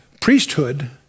priesthood